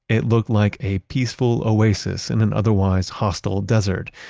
it looked like a peaceful oasis in an otherwise hostile desert,